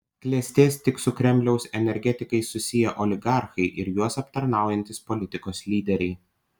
klestės tik su kremliaus energetikais susiję oligarchai ir juos aptarnaujantys politikos lyderiai